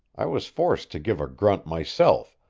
i was forced to give a grunt myself,